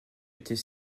était